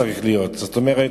זאת אומרת,